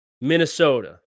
Minnesota